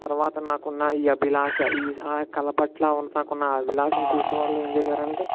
తర్వాత నాకు ఉన్న ఈ అభిలాష ఈ కళ పట్ల ఉన్న నాకు ఉన్న అభిలాషను చూసి వాళ్ళు ఏం చేసారు అంటే